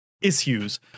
issues